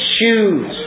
shoes